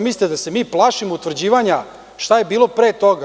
Mislite li da se mi plašimo utvrđivanja šta je bilo pre toga?